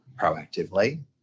proactively